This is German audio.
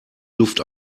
luft